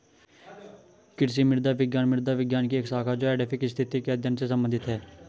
कृषि मृदा विज्ञान मृदा विज्ञान की एक शाखा है जो एडैफिक स्थिति के अध्ययन से संबंधित है